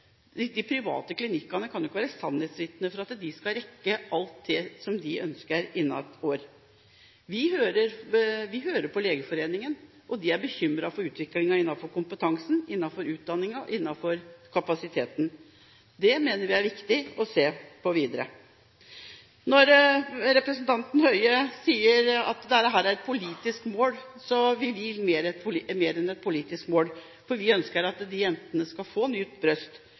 De private klinikkene kan jo ikke være sannhetsvitner på at de skal rekke alt de ønsker innen ett år. Vi hører på Legeforeningen, og de er bekymret for utviklingen når det gjelder kompetanse, utdanning og kapasitet. Det mener vi er viktig å se på videre. Representanten Høie sier at det handler om å sette politiske mål, men vi vil mer enn å sette politiske mål. Vi ønsker at disse jentene skal få